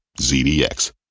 ZDX